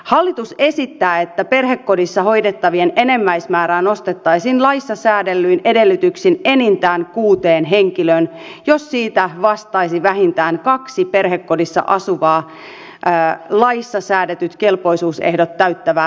hallitus esittää että perhekodissa hoidettavien enimmäismäärää nostettaisiin laissa säädellyin edellytyksin enintään kuuteen henkilöön jos siitä vastaisi vähintään kaksi perhekodissa asuvaa laissa säädetyt kelpoisuusehdot täyttävää henkilöä